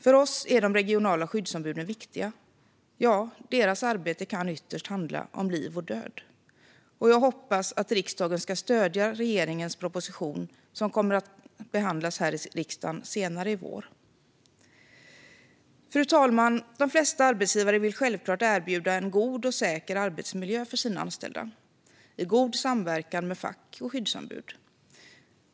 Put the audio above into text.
För oss är de regionala skyddsombuden viktiga. Ja, deras arbete kan ytterst handla om liv eller död. Jag hoppas att riksdagen ska stödja regeringens proposition, som kommer att behandlas här i riksdagen senare i vår. Fru talman! De flesta arbetsgivare vill självklart erbjuda en god och säker arbetsmiljö för sina anställda i god samverkan med fack och skyddsombud.